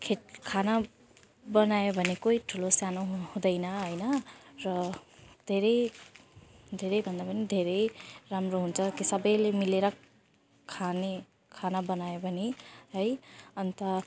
खेत खाना बनायो भने कोही ठुलोसानो हुँदैन होइन र धेरै धेरैभन्दा पनि धेरै राम्रो हुन्छ के सबैले मिलेर खाने खाना बनायो भने है अन्त